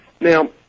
now